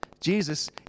Jesus